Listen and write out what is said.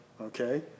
okay